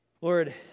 Lord